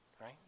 Right